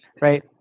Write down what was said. right